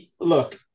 Look